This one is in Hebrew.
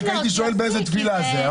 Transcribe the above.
רק הייתי שואל באיזה תפילה זה.